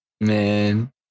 Man